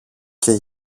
και